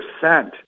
percent